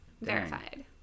Verified